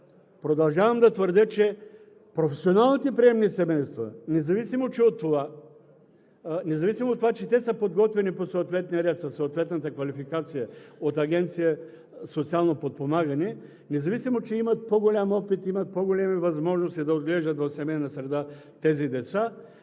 продължавам да твърдя, че професионалните приемни семейства, независимо от това, че те са подготвени по съответния ред със съответната квалификация от Агенцията за социално подпомагане, независимо че имат по-голям опит, имат по-големи възможности да отглеждат в семейна среда тези деца